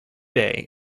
day